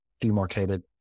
demarcated